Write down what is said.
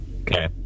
Okay